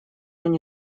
они